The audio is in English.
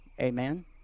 Amen